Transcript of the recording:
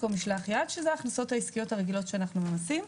או ממשלח יד שזה ההכנסות העסקיות הרגילות שאנחנו ממסים,